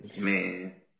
Man